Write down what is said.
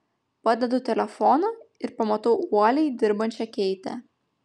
padedu telefoną ir pamatau uoliai dirbančią keitę